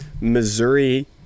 Missouri